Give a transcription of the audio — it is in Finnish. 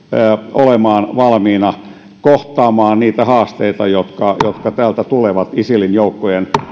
olemaan valmiina kohtaamaan niitä haasteita jotka jotka tulevat isilin joukkojen